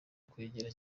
kwegera